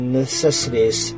necessities